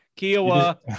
Kiowa